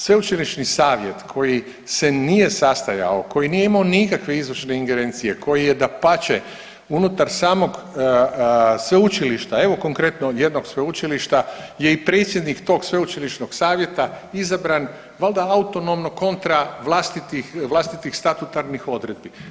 Sveučilišni savjet koji se nije sastajao, koji nije imao nikakve izvršne ingerencije, koji je, dapače, unutar samog sveučilišta, evo, konkretno od jednog sveučilišta je i predsjednik tog sveučilišnog savjeta izabran valjda autonomno kontra vlastitih statutarnih odredbi.